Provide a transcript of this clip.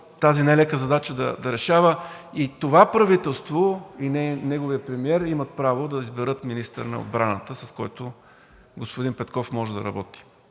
тази нелека задача. Това правителство и неговият премиер имат право да изберат министър на отбраната, с когото господин Петков може да работи.